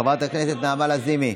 חברת הכנסת נעמה לזימי,